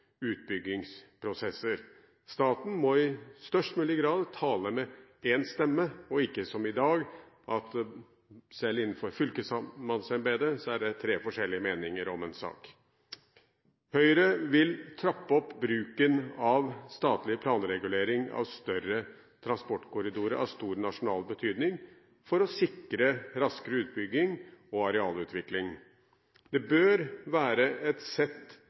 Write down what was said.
utbyggingsprosesser. Staten må i størst mulig grad tale med én stemme, og ikke som i dag, hvor det selv innenfor fylkesmannsembetet er tre forskjellige meninger om en sak. Høyre vil trappe opp bruken av statlig planregulering av større transportkorridorer av stor nasjonal betydning, for å sikre raskere utbygging og arealutvikling. Det bør være et sett